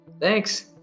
Thanks